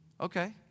Okay